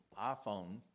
iPhone